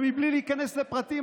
ובלי להיכנס לפרטים,